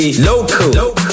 Local